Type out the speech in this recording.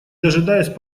дожидаясь